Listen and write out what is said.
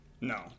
No